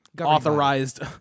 authorized